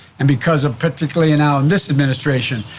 and because of particularly and now in this administration,